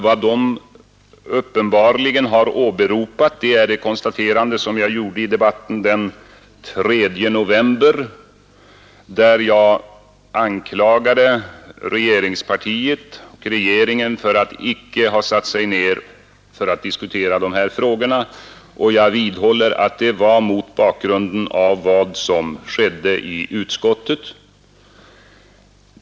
Vad de uppenbarligen har åberopat är det konstaterande jag gjorde i debatten den 3 november, då jag anklagade regeringspartiet och regeringen för att icke ha satt sig ned för att diskutera de här frågorna. Jag vidhåller att det var mot bakgrunden av vad som skedde i utskottet.